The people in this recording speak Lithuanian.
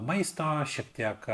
maisto šiek tiek